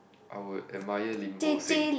I would admire Lim Bo Seng